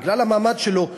בגלל המעמד שלו,